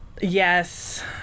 Yes